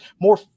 more